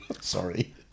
Sorry